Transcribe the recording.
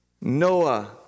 Noah